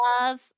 love